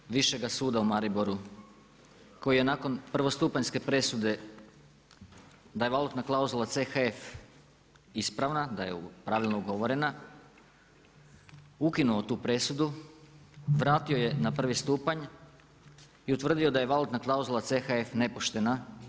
Imam presudu Višega suda u Mariboru koji je nakon prvostupanjske presude da je valutna klauzula CHF ispravna, da je pravilno ugovorena ukinuo tu presudu, vratio je na prvi stupanj i utvrdio da je valutna klauzula CHF nepoštena.